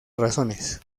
razones